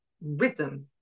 rhythm